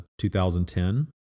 2010